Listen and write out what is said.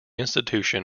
institution